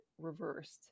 reversed